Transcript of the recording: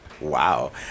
Wow